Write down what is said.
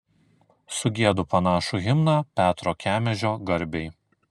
sugiedu panašų himną petro kemežio garbei